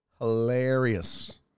Hilarious